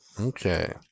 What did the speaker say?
Okay